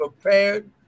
prepared